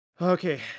Okay